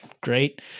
great